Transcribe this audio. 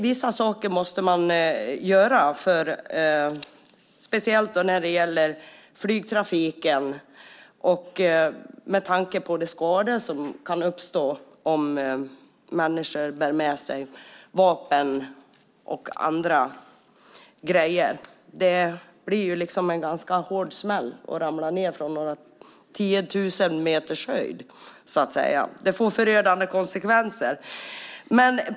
Vissa saker måste man göra, speciellt när det gäller flygtrafiken med tanke på de skador som kan uppstå om människor bär med sig exempelvis vapen. Det blir ju en ganska hård smäll när man ramlar ned från några tiotusen meters höjd. Det får förödande konsekvenser.